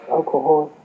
Alcohol